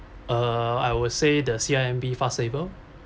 err I would say the C_I_M_B fast saver